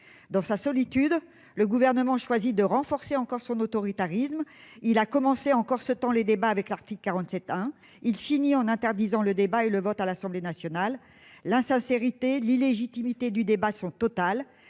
Dans sa solitude, l'exécutif pousse encore plus loin l'autoritarisme. Il a commencé en corsetant les débats avec l'article 47-1. Il finit en interdisant le débat et le vote à l'Assemblée nationale. L'insincérité et l'illégitimité du débat sont totales.